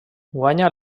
guanya